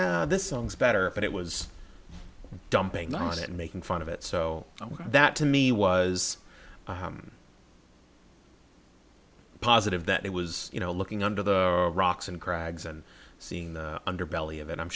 yeah this sounds better but it was dumping on it making fun of it so that to me was positive that it was you know looking under the rocks and crags and seeing the underbelly of it i'm